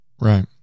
right